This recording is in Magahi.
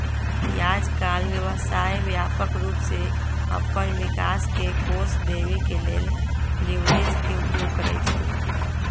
याजकाल व्यवसाय व्यापक रूप से अप्पन विकास के कोष देबे के लेल लिवरेज के उपयोग करइ छइ